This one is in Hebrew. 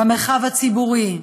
במרחב הציבורי,